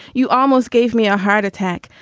you almost gave me a heart attack.